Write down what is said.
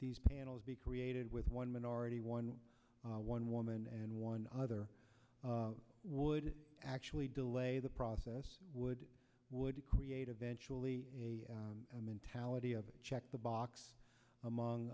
these panels be created with one minority one one woman and one other would actually delay the process would would create eventual e a a mentality of check the box among